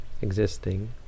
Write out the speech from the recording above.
existing